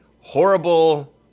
horrible